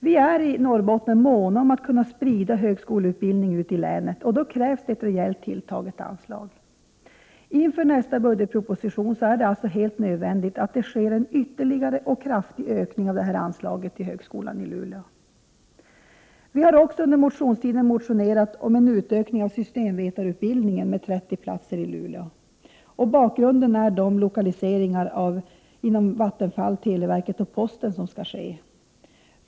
Vi är i Norrbotten måna om att kunna sprida högskoleutbildning ut i länet, och då krävs ett rejält tilltaget anslag. Inför nästa budgetproposition är det helt nödvändigt att det sker en ytterligare och kraftig ökning av anslaget till högskolan i Luleå. Vi har under motionstiden väckt motioner om en utökning med 30 platser av systemvetarutbildningen i Luleå. Bakgrunden är de lokaliseringar av bl.a. enheter inom Vattenfall, televerket och posten som skall ske.